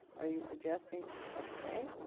are you suggesting okay.